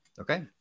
Okay